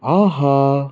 ஆஹா